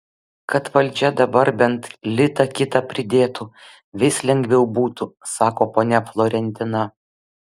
kad valdžia dabar bent litą kitą pridėtų vis lengviau būtų sako ponia florentina